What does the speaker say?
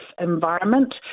environment